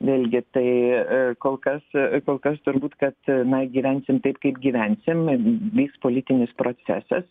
vėlgi tai kol kas kol kas turbūt kad na gyvensim taip kaip gyvensim vyks politinis procesas